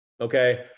okay